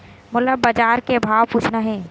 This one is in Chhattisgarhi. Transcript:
मोला बजार के भाव पूछना हे?